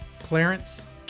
Clarence